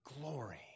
glory